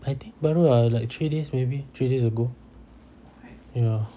I think baru ah like three days maybe three days ago ya